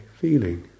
feeling